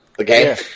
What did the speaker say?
Okay